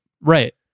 Right